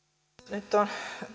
nyt on